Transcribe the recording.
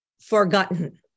Forgotten